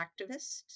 activists